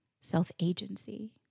self-agency